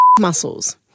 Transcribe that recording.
muscles